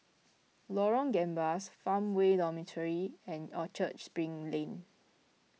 Lorong Gambas Farmway Dormitory and Orchard Spring Lane